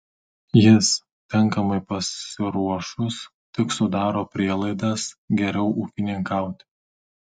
jis tinkamai pasiruošus tik sudaro prielaidas geriau ūkininkauti